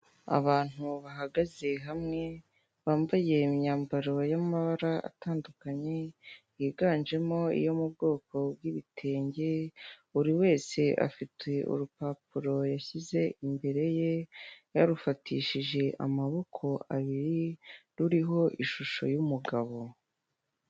Abantu bahagaze hamwe, bambaye imyambaro y'amabara atandukanye hinganjemo iyo mu bwoko bw'ibitenge, buri wese afite urupapuro yashyize imbere ye yarufatishije amaboko abiri ruriho ishusho y'umugabo.